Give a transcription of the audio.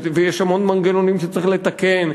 ויש המון מנגנונים שצריך לתקן,